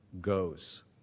goes